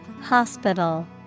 Hospital